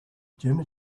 german